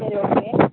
சரி ஓகே